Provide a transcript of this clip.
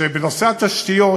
שבנושא התשתיות